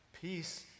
peace